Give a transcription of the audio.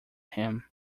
him